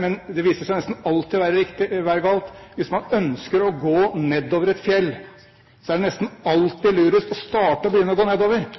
Men det viser seg nesten alltid å være galt. Hvis man ønsker å gå nedover et fjell, er det nesten alltid lurest å starte med å begynne å gå nedover –